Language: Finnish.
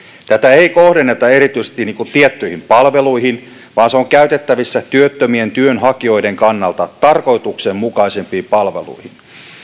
tätä ei kohdenneta erityisesti tiettyihin palveluihin vaan se on käytettävissä työttömien työnhakijoiden kannalta tarkoituksenmukaisempiin palveluihin